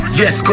yes